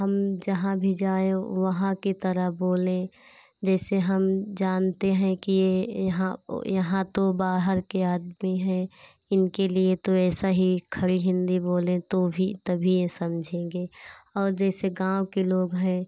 हम जहाँ भी जाएँ वहाँ की तरह बोलें जैसे हम जानते हैं कि ये यहाँ यहाँ तो बाहर के आदमी हैं इनके लिए तो ऐसा ही खड़ी हिन्दी बोलें तो भी तभी ये समझेंगे और जैसे गाँव के लोग हैं